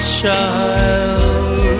child